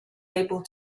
able